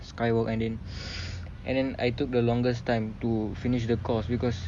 sky walk and then and then I took the longest time to finish the course because